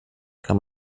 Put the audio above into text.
kann